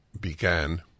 began